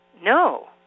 No